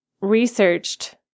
researched